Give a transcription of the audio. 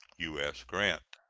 u s. grant.